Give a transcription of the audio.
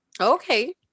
Okay